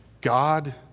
God